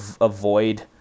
avoid